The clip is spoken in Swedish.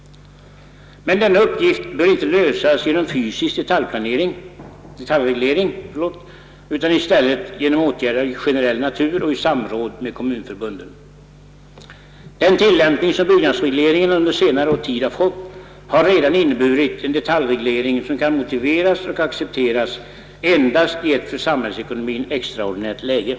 Men denna uppgift bör inte lösas genom fysisk detaljreglering utan i stället genom åtgärder av generell natur och i samråd med kommunförbunden. Den tillämpning, som byggnadsregleringen under senare tid fått, har redan inneburit en detaljreglering, som kan motiveras och accepteras endast i ett för samhällsekonomien extraordinärt läge.